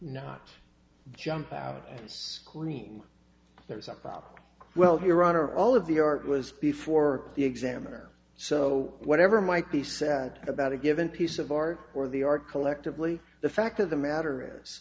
not jump out and scream there's a buck well here honor all of the art was before the examiner so whatever might be said about a given piece of art or they are collectively the fact of the matter is